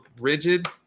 rigid